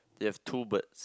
you have two birds